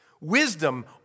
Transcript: wisdom